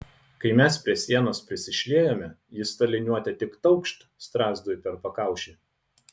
kai mes prie sienos prisišliejome jis ta liniuote tik taukšt strazdui per pakaušį